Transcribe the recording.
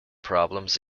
problems